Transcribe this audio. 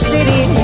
City